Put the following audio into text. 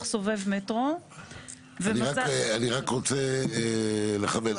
סובב מטרו --- אני רק רוצה לכוון.